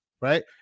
right